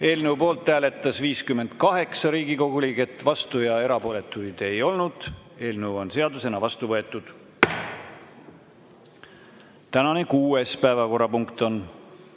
Eelnõu poolt hääletas 57 Riigikogu liiget, vastuolijaid ja erapooletuid ei olnud. Eelnõu on seadusena vastu võetud. Tänane kümnes päevakorrapunkt on